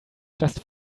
just